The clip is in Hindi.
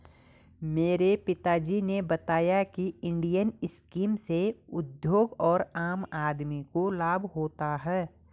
मेरे पिता जी ने बताया की इंडियन स्कीम से उद्योग और आम आदमी को लाभ होता है